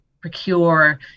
procure